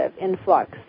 influx